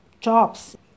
jobs